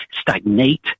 stagnate